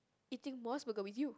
eating Mos Burger with you